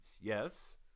Yes